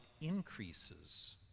increases